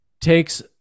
takes